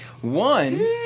One